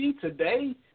today